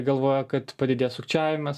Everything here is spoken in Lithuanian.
galvojo kad padidės sukčiavimas